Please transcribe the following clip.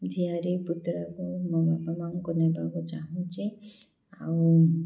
ଝିଆରି ପୁତୁରାକୁ ମୋ ମମି ପାପାଙ୍କୁ ନେବାକୁ ଚାହୁଁଛି ଆଉ